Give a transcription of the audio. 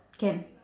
can